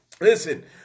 Listen